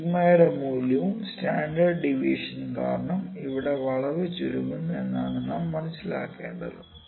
സിഗ്മയുടെ 𝞂 മൂല്യവും സ്റ്റാൻഡേർഡ് ഡീവിയേഷനും കാരണം ഇവിടെ വളവ് ചുരുങ്ങുന്നു എന്നാണ് നാം മനസ്സിലാക്കേണ്ടത്